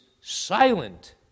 silent